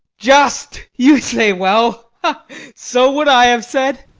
just you say well so would i have said.